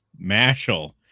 Mashal